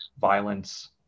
violence